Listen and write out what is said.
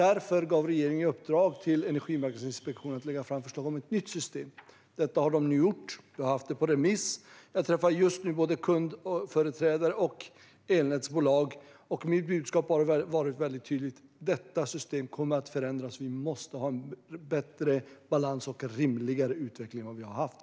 Därför gav regeringen Energimarknadsinspektionen i uppdrag att lägga fram förslag om ett nytt system. Detta har de nu gjort. Detta förslag har varit ute på remiss. Jag träffar både kundföreträdare och elnätsbolag. Mitt budskap har varit mycket tydligt: Detta system kommer att förändras. Vi måste ha en bättre balans och en rimligare utveckling än vad vi har haft.